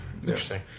Interesting